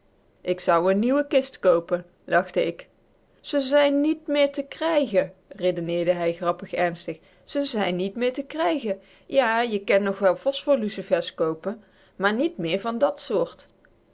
k zou n nieuwe kist koopen lachte ik ze zijn n i e t meer te krijgen redeneerde hij grappig ernstig ze zijn n i e t meer te krijgen ja je ken nog wel phosphorlucifers koopen maar niet meer van dat soort